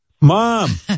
mom